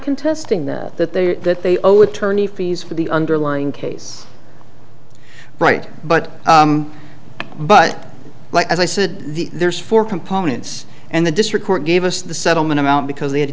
contesting that that they're that they owe attorney fees for the underlying case right but but like i said the there's four components and the district court gave us the settlement amount because they had